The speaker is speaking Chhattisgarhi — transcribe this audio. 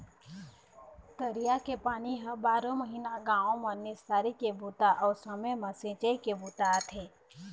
तरिया के पानी ह बारो महिना गाँव म निस्तारी के बूता अउ समे म सिंचई के बूता आथे